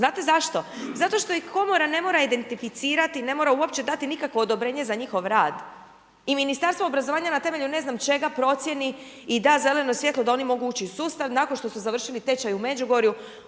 Znate zašto? Zašto što ih komora ne mora identificirati, ne mora uopće dati nikakvo odobrenje za njihov rad i Ministarstvo obrazovanja na temelju ne znam čega, procijeni i da zeleno svjetlo da oni mogu ući u sustav nakon što su završili tečaj u Međugorju